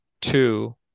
Two